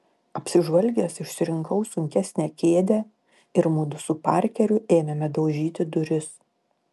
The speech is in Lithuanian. apsižvalgęs išsirinkau sunkesnę kėdę ir mudu su parkeriu ėmėme daužyti duris